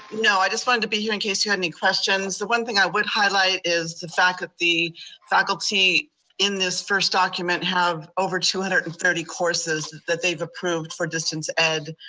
no, i just wanted to be here in case you had any questions. the one thing i would highlight is the fact that the faculty in this first document have over two hundred and thirty courses that they've approved for distance ed